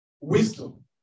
wisdom